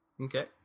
Okay